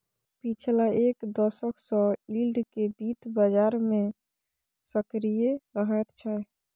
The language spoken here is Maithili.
पछिला एक दशक सँ यील्ड केँ बित्त बजार मे सक्रिय रहैत छै